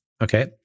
Okay